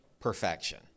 perfection